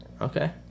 Okay